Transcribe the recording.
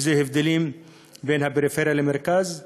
אם זה הבדלים בין פריפריה למרכז.